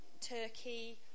Turkey